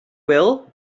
will